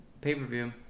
pay-per-view